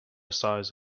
size